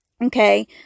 Okay